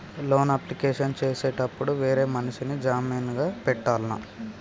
Loan application చేసేటప్పుడు వేరే మనిషిని జామీన్ గా పెట్టాల్నా?